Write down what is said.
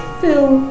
fill